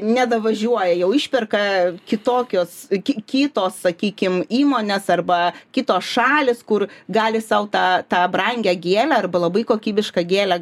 nedavažiuoja jau išperka kitokios iki kitos sakykim įmonės arba kitos šalys kur gali sau tą tą brangią gėlę arba labai kokybišką gėlę